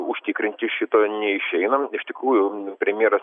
užtikrinti šito neišeina iš tikrųjų premjeras